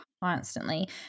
constantly